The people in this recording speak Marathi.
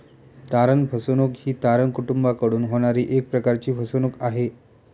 तारण फसवणूक ही तारण कुटूंबाकडून होणारी एक प्रकारची फसवणूक आहे